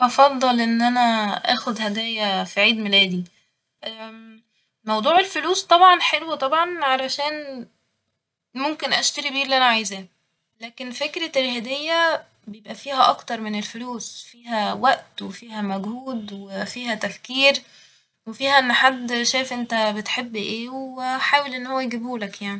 افضل ان انا اخد هدايا في عيد ميلادي موضوع الفلوس طبعا حلو طبعا عشان ممكن اشتري بيه اللي انا عايزاه لكن فكرة الهدية بيبقى فيها اكتر من الفلوس فيها وقت وفيها مجهود وفيها تفكير وفيها ان حد شاف انت بتحب ايه و حاول ان هو يجبهولك يعني